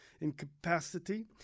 incapacity